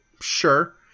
Sure